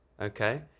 Okay